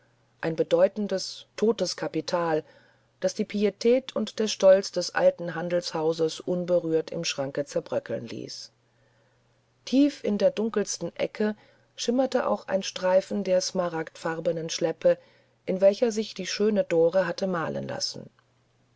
ein bedeutendes totes kapital das die pietät und der stolz des alten handelshauses unberührt im schranke zerbröckeln ließen tief in der dunkelsten ecke schimmerte auch ein streifen der smaragdfarbenen schleppe in welcher sich die schöne frau dore hatte malen lassen